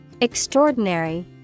Extraordinary